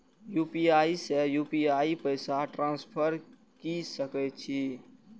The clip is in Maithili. यू.पी.आई से यू.पी.आई पैसा ट्रांसफर की सके छी?